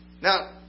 Now